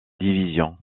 division